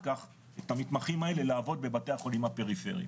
כך את המתמחים האלה לעבוד בבתי החולים הפריפריים.